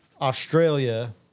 Australia